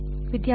ವಿದ್ಯಾರ್ಥಿ